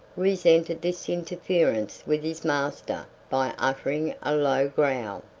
resented this interference with his master by uttering a low growl.